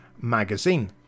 magazine